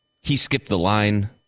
he-skipped-the-line